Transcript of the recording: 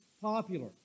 popular